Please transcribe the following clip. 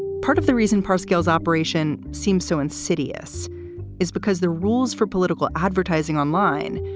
part of the reason pass gill's operation seems so insidious is because the rules for political advertising online,